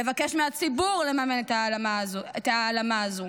לבקש מהציבור לממן את ההעלמה הזו.